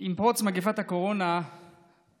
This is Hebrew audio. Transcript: עם פרוץ מגפת הקורונה אנחנו,